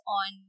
on